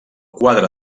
quadre